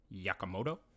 Yakamoto